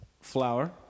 flour